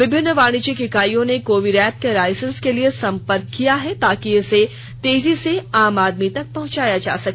विभिन्न वाणिज्यिक ईकाइयों ने कोविरैप के लाइसेंस के लिए संपर्क किया है ताकि इसे तेजी से आम आदमी तक पहुंचाया जा सके